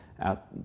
out